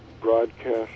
broadcast